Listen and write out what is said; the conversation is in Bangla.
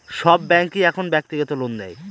সব ব্যাঙ্কই এখন ব্যক্তিগত লোন দেয়